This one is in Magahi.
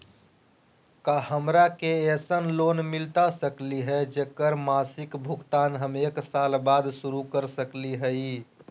का हमरा के ऐसन लोन मिलता सकली है, जेकर मासिक भुगतान हम एक साल बाद शुरू कर सकली हई?